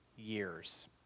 years